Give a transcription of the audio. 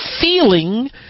feeling